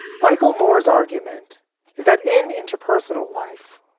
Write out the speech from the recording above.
michael moore's argument is that in interpersonal life,